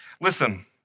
Listen